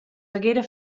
haguera